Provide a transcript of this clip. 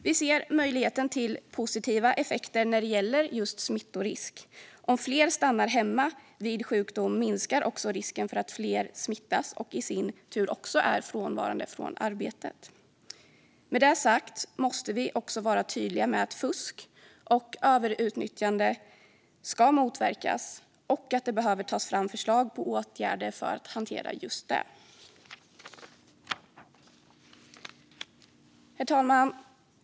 Vi ser möjligheten till positiva effekter när det gäller just smittorisk. Om fler stannar hemma vid sjukdom minskar också risken för att fler smittas och i sin tur också är frånvarande från arbetet. Men vi vill också vara tydliga med att fusk och överutnyttjande ska motverkas och att det behöver tas fram förslag på åtgärder för att hantera just detta. Herr talman!